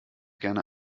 gerne